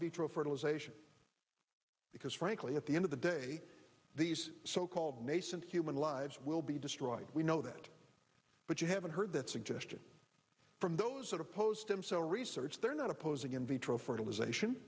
vitro fertilization because frankly at the end of the day these so called nascent human lives will be destroyed we know that but you haven't heard that suggestion from those that oppose them so research they're not opposing in vitro fertilization